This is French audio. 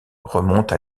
remonte